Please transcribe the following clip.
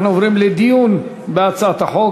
אנחנו עוברים לדיון בהצעת החוק.